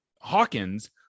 Hawkins